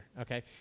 Okay